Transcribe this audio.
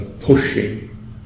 pushing